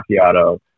macchiato